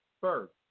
first